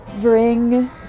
bring